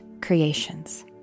creations